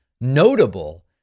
notable